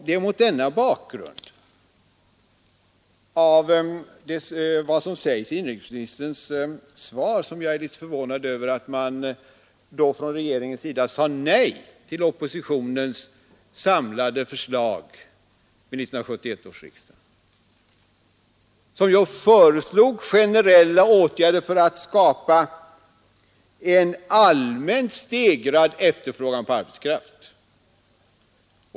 Det är mot bakgrund av vad som sägs i inrikesministerns svar som jag är litet förvånad över att regeringen sade nej till oppositionens samlade förslag vid 1971 års riksdag, vilket ju innebar generella åtgärder för att skapa en allmänt stegrad efterfrågan på arbetskraft.